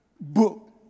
book